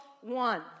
one